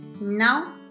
Now